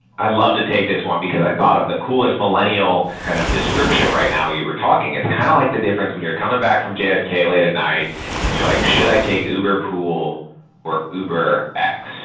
i'd love to take this one because i thought of the coolest millennial kind of description right now you were talking. it's kind of like the difference when you're coming back from jfk late at night and you're like, should i take uber pool or uber x?